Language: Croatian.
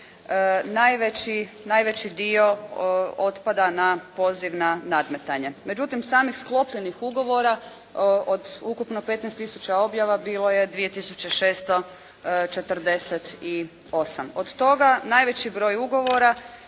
najveći dio otpada na pozivna nadmetanja. Međutim samih sklopljenih ugovora od ukupno 15 tisuća objava bilo je 2 tisuće 648. Od toga najveći broj ugovora,